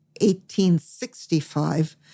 1865